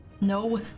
No